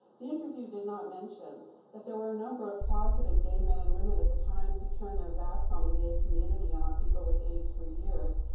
the interview did not mention that there were a number of closeted gay men and women at the times who turned their backs on the gay community and on people with aids for years,